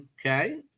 okay